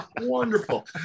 Wonderful